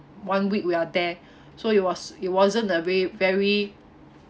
one week we are there so it was it wasn't a ver~ very